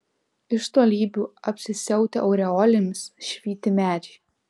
iš tolybių apsisiautę aureolėmis švyti medžiai